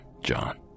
John